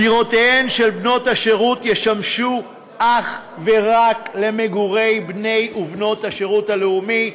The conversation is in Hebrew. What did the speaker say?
דירותיהן של בנות השירות ישמשו אך ורק למגורי בני ובנות השירות הלאומי,